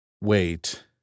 Wait